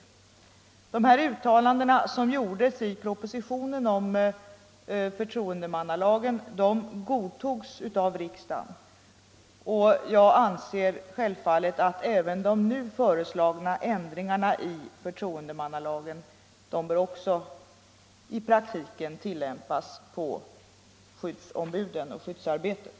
arbetsplatsen De uttalanden som gjordes i propositionen om förtroendemannalagen godtogs av riksdagen, och jag anser självfallet att även de nu föreslagna ändringarna i förtroendemannalagen i praktiken bör tillämpas på skyddsombuden och skyddsarbetet.